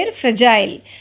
fragile